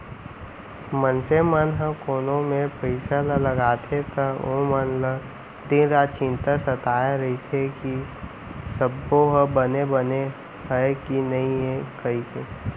मनसे मन ह कोनो मेर पइसा ल लगाथे त ओमन ल दिन रात चिंता सताय रइथे कि सबो ह बने बने हय कि नइए कइके